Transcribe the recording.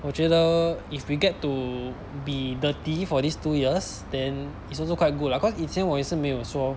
我觉得 if we get to be dirty for these two years then it's also quite good lah cause 以前我也是没有说